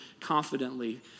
confidently